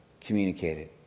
communicated